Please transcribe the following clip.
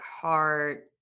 heart